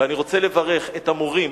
ואני רוצה לברך את המורים,